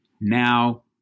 Now